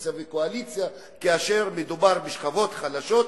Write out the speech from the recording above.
אופוזיציה וקואליציה כאשר מדובר בשכבות החלשות,